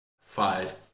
five